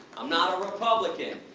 i'm not a republican,